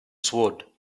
sword